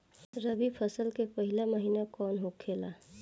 रबी फसल के पहिला महिना कौन होखे ला?